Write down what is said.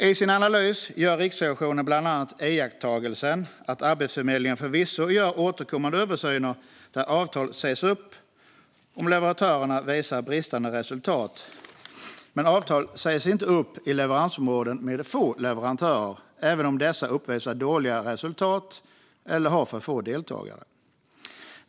I sin analys gör Riksrevisionen bland annat iakttagelsen att Arbetsförmedlingen förvisso gör återkommande översyner där avtal sägs upp om leverantören uppvisar bristande resultat, men avtal sägs inte upp i leveransområden med få leverantörer, även om dessa uppvisar dåliga resultat eller har för få deltagare.